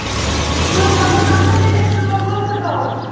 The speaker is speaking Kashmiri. تہٕ مگر تتھ ما پیٚیہِ اَسہِ ٹٲلۍ وٲلۍ پھُڑٕراوُن